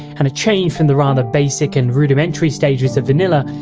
and a change from the rather basic and rudimentary stages of vanilla,